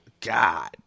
god